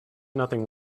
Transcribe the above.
nothing